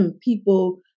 people